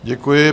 Děkuji.